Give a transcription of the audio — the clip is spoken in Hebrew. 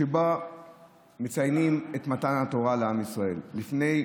שבה מציינים את מתן התורה לעם ישראל לפני